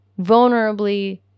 vulnerably